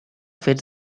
fets